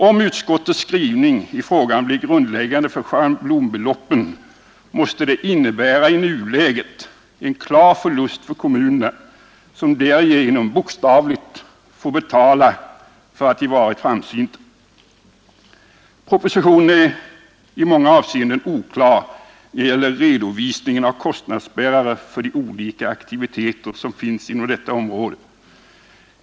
Om utskottets skrivning i frågan blir grundläggande för schablonbeloppen måste det i nuläget innebära en klar förlust för kommunerna, som därigenom bokstavligt får betala för att de varit framsynta. Propositionen är i många avseenden oklar när det gäller redovisningen av kostnadsbärare för de olika aktiviteter som finns inom detta område.